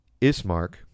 Ismark